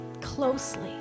closely